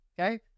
Okay